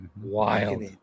Wild